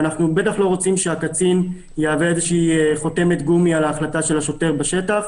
ואנחנו בטח לא רוצים שהקצין יהווה חותמת גומי על ההחלטה של השוטר בשטח,